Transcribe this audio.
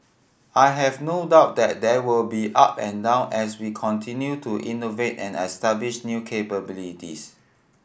I have no doubt that there will be up and down as we continue to innovate and establish new capabilities